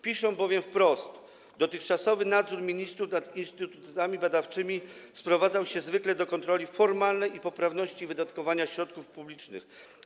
Piszą bowiem wprost: Dotychczasowy nadzór ministrów nad instytutami badawczymi sprowadzał się zwykle do kontroli formalnej poprawności wydatkowania środków publicznych.